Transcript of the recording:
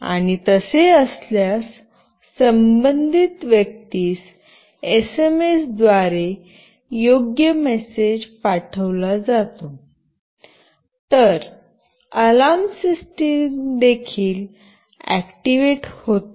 आणि तसे असल्यास संबंधित व्यक्तीस एसएमएस द्वारे योग्य मेसेज पाठविला जातो तर अलार्म सिस्टम देखील ऍक्टिव्हेट होते